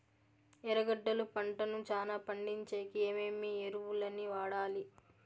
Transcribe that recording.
ఎర్రగడ్డలు పంటను చానా పండించేకి ఏమేమి ఎరువులని వాడాలి?